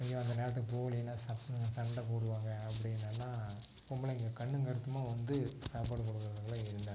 ஐயோ அந்த நேரத்துக்கு போகலீனா ச சண்டை போடுவாங்க அப்படின்னெல்லாம் பொம்பளைங்க கண்ணும் கருத்துமாக வந்து சாப்பாடு கொண்டு வர்றவங்கெல்லாம் இருந்தாங்க